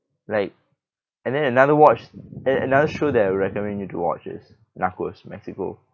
like and then another watch and another show that I'll recommend you to watch is narcos mexico